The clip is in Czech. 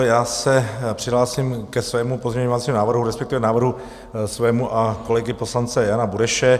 Já se přihlásím ke svému pozměňovacímu návrhu, respektive návrhu svému a kolegy poslance Jana Bureše.